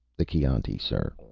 the chianti, sir!